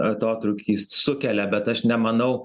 atotrūkį sukelia bet aš nemanau